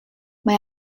mae